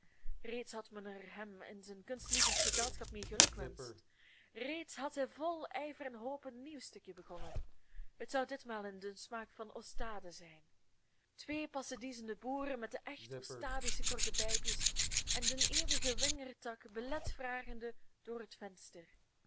reeds had men er hem in zijn kunstlievend gezelschap mee gelukgewenscht reeds had hij vol ijver en hoop een nieuw stukje begonnen het zou ditmaal in den smaak van ostade zijn twee passediezende boeren met de echt ostadische korte pijpjes en den eeuwigen wingerdtak belet vragende door het venster